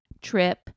trip